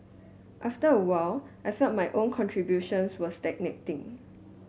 after a while I felt my own contributions were stagnating